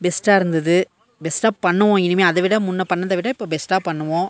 பெஸ்ட்டாக இருந்தது பெஸ்ட்டாக பண்ணுவோம் இனிமேல் அதை விட முன்ன பண்ணதை விட இப்போ பெஸ்ட்டாக பண்ணுவோம்